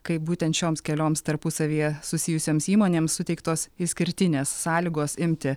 kai būtent šioms kelioms tarpusavyje susijusioms įmonėms suteiktos išskirtinės sąlygos imti